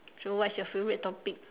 so what's your favourite topic